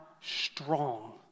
strong